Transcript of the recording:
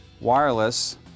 wireless